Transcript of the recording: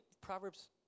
Proverbs